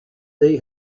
they